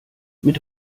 mit